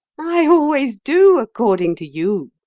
i always do, according to you,